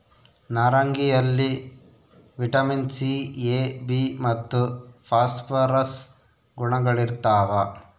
ನಾರಂಗಿಯಲ್ಲಿ vitamin C A B ಮತ್ತು phosphorus ಗುಣಗಳಿರ್ತಾವ